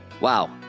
wow